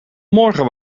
morgen